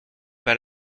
pas